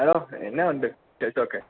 hello എന്തുണ്ട് വിശേഷമൊക്കെ